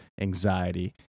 anxiety